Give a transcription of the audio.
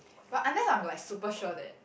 but unless I'm like super sure that